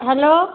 hello